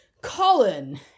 Colin